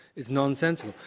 it's nonsensical.